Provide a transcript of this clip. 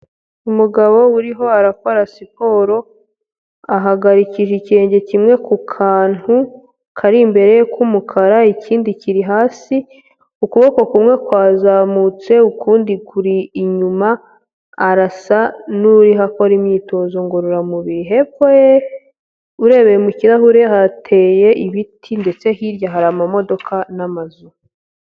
Umugabo uriho arakora siporo, ahagarikije ikirenge kimwe ku kantu, kari imbere k'umukara, ikindi kiri hasi, ukuboko kumwe kwazamutse, ukundi kuri inyuma, arasa n'uriho akora imyitozo ngororamubiri, hepfo ye urebeye mu kirahure, hateye ibiti ndetse hirya hari amamodoka n'amazu.